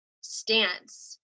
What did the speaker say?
stance